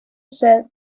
said